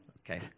Okay